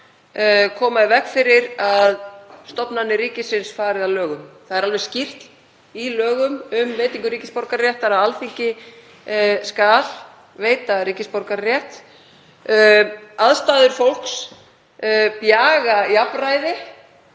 koma í veg fyrir að stofnanir ríkisins fari að lögum. Það er alveg skýrt í lögum um veitingu ríkisborgararéttar að Alþingi skal veita ríkisborgararétt. Aðstæður fólks bjaga jafnræði.